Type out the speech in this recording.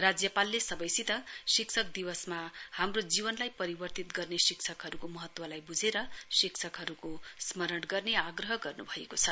राज्यपालले सबैसित शिक्षक दिवसमा हाम्रो जीवनलाई परिवर्तित गर्ने शिक्षकहरूको महत्तवलाई बुझेर शिक्षकहरूको स्मरण गर्ने आग्रह गर्नूभएको छ